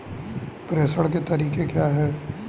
प्रेषण के तरीके क्या हैं?